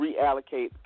reallocate